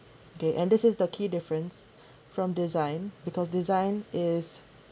they and this is the key difference from design because design is